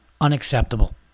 Unacceptable